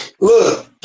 Look